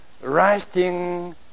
Resting